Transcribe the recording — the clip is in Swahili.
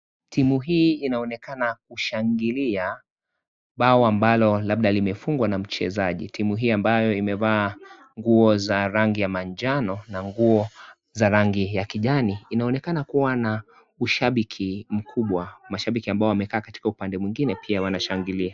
Timu hii inaonekana kushangilia bao ambalo labda limefungwa na mchezaji. Timu hii ambayo imevaa nguo za rangi ya manjano na nguo za rangi ya kijani. Inaonekana kuwa na ushabiki mkubwa. Mashabiki ambao wamekaa katika upande mwigine pia wanashangilia.